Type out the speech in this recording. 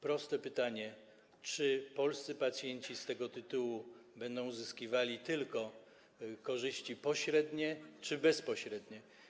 Proste pytanie: Czy polscy pacjenci z tego tytułu będą uzyskiwali korzyści pośrednie czy bezpośrednie?